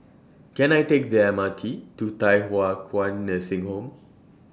Can I Take The M R T to Thye Hua Kwan Nursing Home